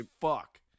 fuck